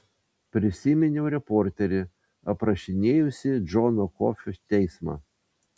prisiminiau reporterį aprašinėjusį džono kofio teismą